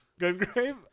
Gungrave